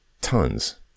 tons